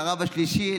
לרב השלישי,